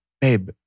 babe